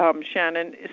shannon